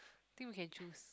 think we can choose